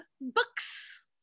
books